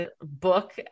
book